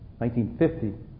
1950